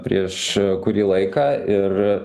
prieš kurį laiką ir